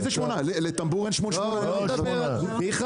למה